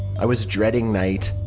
i was dreading night.